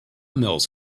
mills